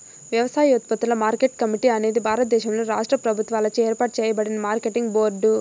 వ్యవసాయోత్పత్తుల market committee అనేది భారతదేశంలోని రాష్ట్ర ప్రభుత్వాలచే ఏర్పాటు చేయబడిన మార్కెటింగ్ బోర్డు